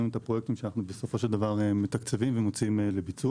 את הפרויקטים שאנחנו בסופו של דבר מתקצבים ומוציאים לביצוע,